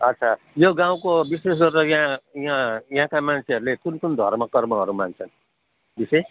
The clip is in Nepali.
अच्छा यो गाउँको विशेष गरेर यहाँ यहाँ यहाँका मान्छेहरूले कुन कुन धर्मकर्महरू मान्छन् विशेष